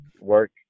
work